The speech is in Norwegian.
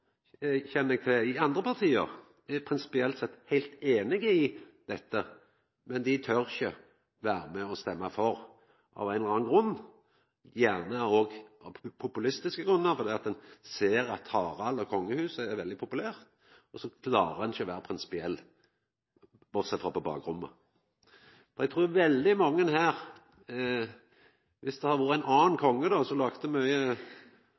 eg til, i andre parti, er prinsipielt sett heilt einige i dette, men dei tør ikkje vera med og stemma for av ein eller annan grunn – gjerne òg av populistiske grunnar, fordi ein ser at Harald og kongehuset er veldig populære, og så klarer ein ikkje å vera prinsipiell, bortsett frå på bakrommet. Dersom det hadde vore ein annan konge, som laga mykje – eg har ikkje lov til å seia det, så